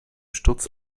sturz